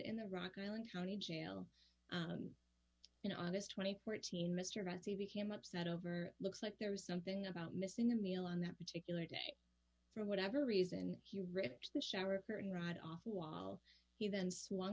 in the rock island county jail in august twenty four teen mr vesey became upset over looks like there was something about missing a meal on that particular day for whatever reason he rips the shower curtain rod off while he then swung